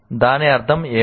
దాని అర్థం ఏమిటి